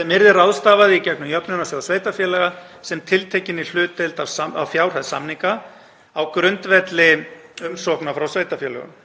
sem yrði ráðstafað í gegnum Jöfnunarsjóð sveitarfélaga sem tiltekinni hlutdeild af fjárhæð samninga, á grundvelli umsókna frá sveitarfélögum.